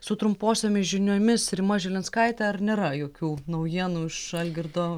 su trumposiomis žiniomis rima žilinskaitė ar nėra jokių naujienų iš algirdo